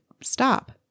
stop